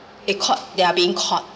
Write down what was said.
it caught they are being caught